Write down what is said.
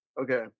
okay